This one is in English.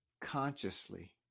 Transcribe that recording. consciously